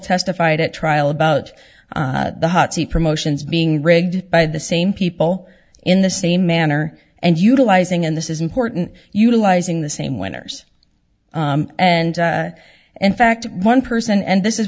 testified at trial about the hot seat promotions being rigged by the same people in the same manner and utilizing and this is important utilizing the same winners and and fact one person and this is